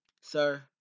Sir